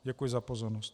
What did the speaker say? Děkuji za pozornost.